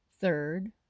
third